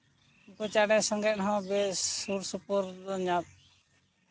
ᱩᱱᱠᱩ ᱪᱮᱬᱮ ᱥᱚᱸᱜᱮ ᱦᱚᱸ ᱵᱮᱥ ᱥᱩᱨᱼᱥᱩᱯᱩᱨ ᱧᱟᱯ